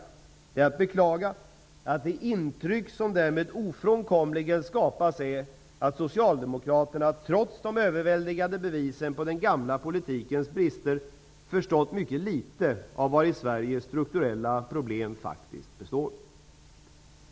Det är att beklaga att det intryck som därmed ofrånkomligen skapas är att socialdemokraterna, trots de överväldigande bevisen på den gamla politikens brister, förstått mycket litet av vari Sveriges strukturella problem faktiskt består.